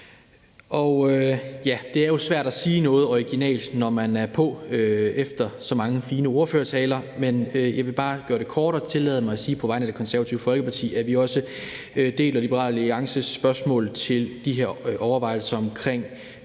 ret. Det er jo svært at sige noget originalt, når man er på efter så mange fine ordførertaler, så jeg vil bare gøre det kort og tillade mig at sige på vegne af Det Konservative Folkeparti, at vi tilslutter os Liberal Alliances spørgsmål og deler de her overvejelser omkring